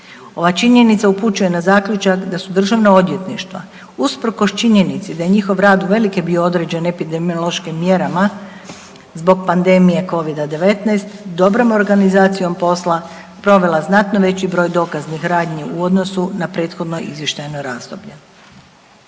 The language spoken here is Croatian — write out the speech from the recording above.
Ova činjenica upućuje na zaključak da su državna odvjetništva usprkos činjenici da je njihov rad uvelike bio određen epidemiološkim mjerama zbog pandemije Covida-19, dobrom organizacijom posla provela znatno veći broj dokaznih radnji u odnosu na prethodno izvještajno razdoblje.